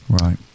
Right